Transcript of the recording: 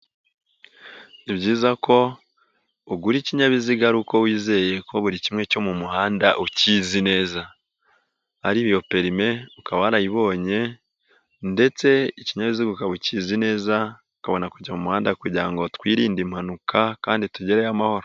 Ni byiza ko ugura ikinyabiziga ari uko wizeye ko buri kimwe cyo mu muhanda ukizi neza, ari iyo perime ukaba warayibonye ndetse ikinyabiziga ukaba ukizi neza, ukabona kujya mu muhanda kugira ngo twirinde impanuka kandi tugereyo amahoro.